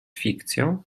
fikcją